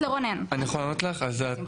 אני יכול לענות לך על זה?